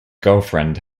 girlfriend